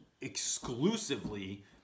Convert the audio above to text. exclusively